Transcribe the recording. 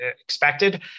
expected